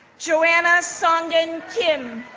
joanna songeun kim,